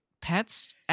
pets